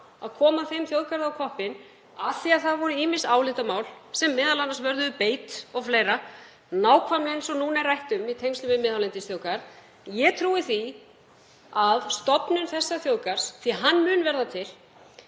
að koma þeim þjóðgarði á koppinn af því að það voru ýmis álitamál sem m.a. vörðuðu beit og fleira, nákvæmlega eins og núna er rætt um í tengslum við miðhálendisþjóðgarð. Ég trúi því að stofnun þessa þjóðgarðs, því að hann mun verða til,